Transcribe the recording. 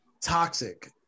toxic